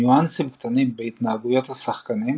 ניואנסים קטנים בהתנהגות השחקנים,